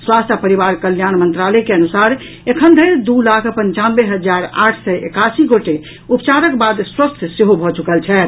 स्वास्थ्य आ परिवार कल्याण मंत्रालय के अनुसार एखन धरि दू लाख पंचानवे हजार आठ सय एकासी गोटे उपचारक बाद स्वस्थ सेहो भऽ चुकल छथि